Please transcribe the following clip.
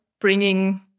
bringing